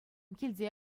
килте